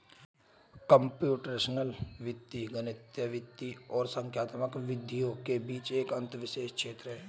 computational वित्त गणितीय वित्त और संख्यात्मक विधियों के बीच एक अंतःविषय क्षेत्र है